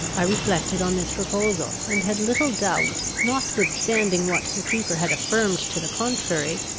i reflected on this proposal, and had little doubt, notwithstanding what the keeper had affirmed to the contrary,